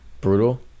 Brutal